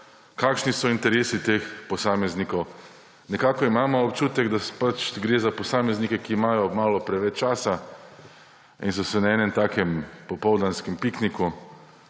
kakšni so interesi teh posameznikov. Nekako imamo občutek, da gre za posameznike, ki imajo malo preveč časa in so se na enem takem popoldanskem pikniku